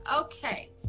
okay